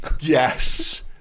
yes